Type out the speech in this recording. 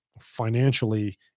financially